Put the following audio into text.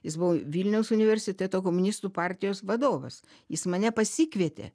jis buvo vilniaus universiteto komunistų partijos vadovas jis mane pasikvietė